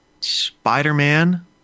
Spider-Man